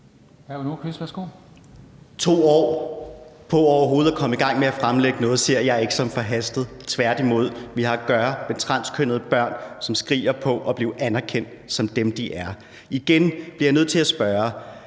at komme i gang med at fremlægge noget ser jeg ikke som forhastet, tværtimod. Vi har at gøre med transkønnede børn, som skriger på at blive anerkendt som dem, de er. Igen bliver jeg nødt til at spørge